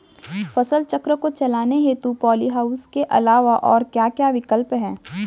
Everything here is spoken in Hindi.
फसल चक्र को चलाने हेतु पॉली हाउस के अलावा और क्या क्या विकल्प हैं?